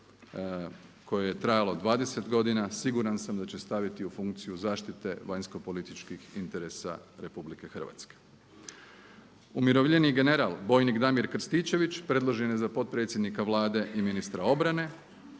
koje je trajalo 20 godina, siguran sam da će staviti u funkciju zaštite vanjskopolitičkih interesa RH. Umirovljeni general bojnik Damir Krstičević, predložen je za potpredsjednika Vlade i ministra obrane.